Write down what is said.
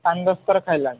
ପାଞ୍ଚ ଦଶଥର ଖାଇଲାଣି